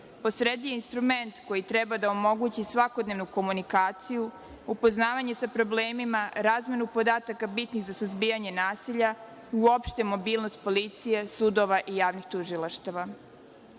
sredi je i instrument koji treba da omogući svakodnevnu komunikaciju, upoznavanje sa problemima, razmenu podataka bitnih za suzbijanje nasilja, uopšte mobilnost policije, sudova i javnih tužilaštava. Posebno